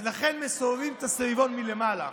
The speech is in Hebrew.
לכן מסובבים את הסביבון מלמעלה,